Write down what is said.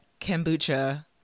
kombucha